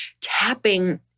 tapping